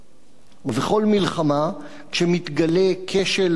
ובכל מלחמה, כשמתגלה כשל בעורף